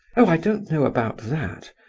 ah i don't know about that!